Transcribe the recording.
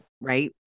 Right